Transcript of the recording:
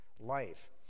life